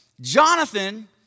Jonathan